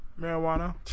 marijuana